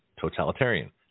totalitarian